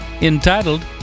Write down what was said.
entitled